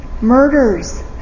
murders